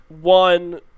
one